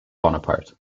bonaparte